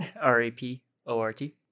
r-a-p-o-r-t